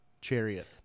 Chariot